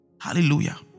Hallelujah